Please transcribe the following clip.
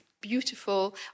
beautiful